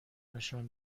نشانم